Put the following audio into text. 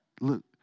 look